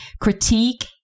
critique